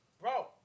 Bro